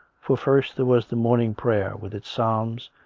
for first there was the morning prayer, with its psalms,